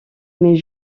mais